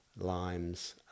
limes